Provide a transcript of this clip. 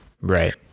Right